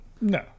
No